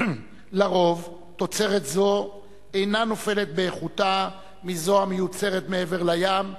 על-פי רוב תוצרת זו אינה נופלת באיכותה מזאת המיוצרת מעבר לים,